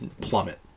plummet